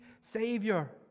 Savior